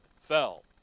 Fell